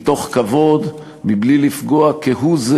מתוך כבוד, בלי לפגוע כהוא זה